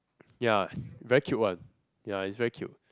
ya very cute one ya is very cute